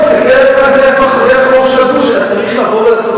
להסתכל דרך החור שבגרוש אלא צריך לבוא ולהסתכל